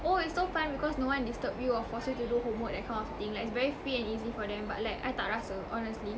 oh it's so fun because no one disturb you or force you to do homework that kind of thing like it's very free and easy for them but like I tak rasa honestly